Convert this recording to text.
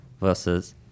versus